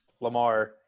Lamar